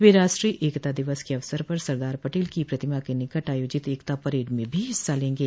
वे राष्ट्रीय एकता दिवस के अवसर पर सरदार पटेल की प्रतिमा के निकट आयोजित एकता परेड में भी हिस्सा लेंगे